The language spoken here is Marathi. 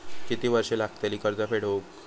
किती वर्षे लागतली कर्ज फेड होऊक?